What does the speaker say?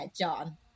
John